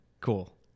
cool